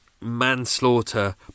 manslaughter